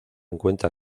encuentra